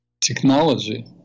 technology